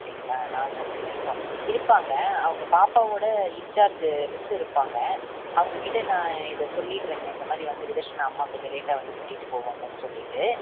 அப்படிங்களா நால்ரை மணி வரைக்கும் இருப்பாங்க அவங்க பாப்பாவோடய இன்சார்ஜ்ஜி மிஸ்ஸு இருப்பாங்க அவங்ககிட்ட நான் இதை சொல்லிடுறேங்க இந்தமாதிரி வந்து விதர்ஷ்னா அம்மா கொஞ்சம் லேட்டாக வந்து கூட்டிட்டு போவாங்கன்னு சொல்லிட்டு